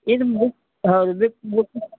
ಇದು ಮುಕ ಹೌದು ಗ್ರಿಪ್ ಗ್ರಿಪ್